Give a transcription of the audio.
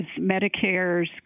Medicare's